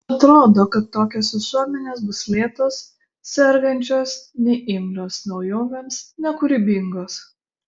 atrodo kad tokios visuomenės bus lėtos sergančios neimlios naujovėms nekūrybingos